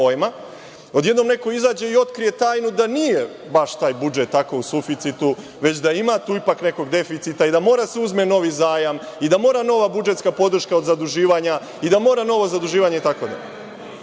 odjednom neko izađe i otkrije tajnu da nije baš taj budžet tako u suficitu, već da ima tu ipak nekog deficita i da mora da se uzme novi zajam i da mora nova budžetska podrška od zaduživanja i da mora novo zaduživanje itd. Ja